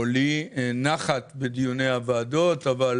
או לי, נחת בדיוני הוועדות, אבל